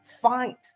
fight